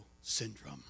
syndrome